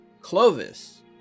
Clovis